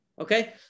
Okay